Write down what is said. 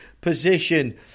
position